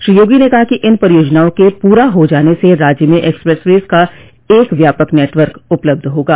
श्री योगी ने कहा कि इन परियोजनाओं के पूरा हो जाने से राज्य में एक्सप्रेसवेज का एक व्यापक नेटवर्क उपलब्ध होगा